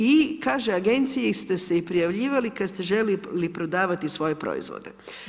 I kaže, agenciji ste se prijavljivali, kada ste željeli prodavati svoje proizvode.